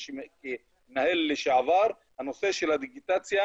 כמנהל לשעבר אני יכול לומר שנושא הדיגיטציה